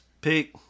pick